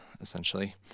essentially